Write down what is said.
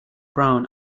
brown